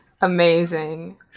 Amazing